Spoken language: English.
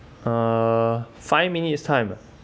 uh five minutes time ah